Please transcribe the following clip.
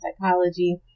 psychology